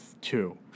two